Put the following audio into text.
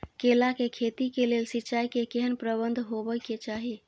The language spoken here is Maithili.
केला के खेती के लेल सिंचाई के केहेन प्रबंध होबय के चाही?